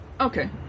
okay